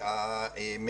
חברי.